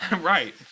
right